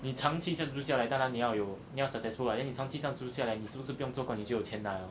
你长期这样租下来当然你要有你要 sucessful ah then 你长期这样租下来你是不是不用做过就有钱拿了